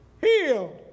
healed